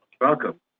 Welcome